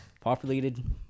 populated